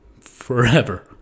Forever